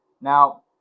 Now